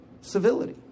civility